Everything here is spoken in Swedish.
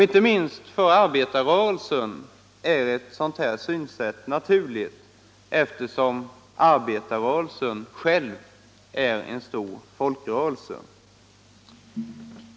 Inte minst för arbetarrörelsen är ett sådant synsätt naturligt, eftersom den själv är en stor folkrörelse.